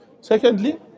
Secondly